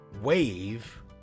wave